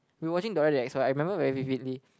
we were watching Dora the Explorer I remember very vividly